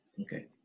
Okay